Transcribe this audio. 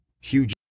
huge